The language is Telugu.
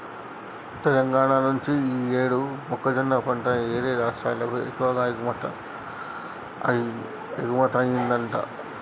తెలంగాణా నుంచి యీ యేడు మొక్కజొన్న పంట యేరే రాష్టాలకు ఎక్కువగా ఎగుమతయ్యిందంట